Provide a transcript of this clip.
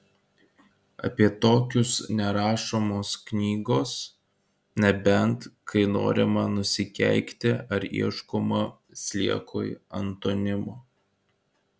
apie tokius nerašomos knygos nebent kai norima nusikeikti ar ieškoma sliekui antonimo